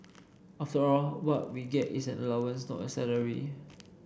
after all what we get is an allowance not a salary